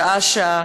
שעה-שעה.